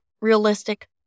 realistic